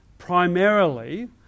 primarily